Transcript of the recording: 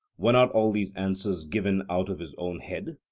were not all these answers given out of his own head?